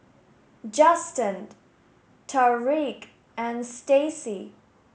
Justen Tariq and Staci